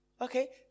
Okay